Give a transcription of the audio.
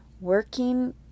Working